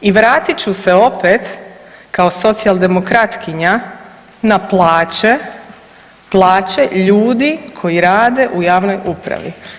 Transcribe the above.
I vratit ću se opet kao socijaldemokratkinja na plaće, plaće ljudi koji rade u javnoj upravi.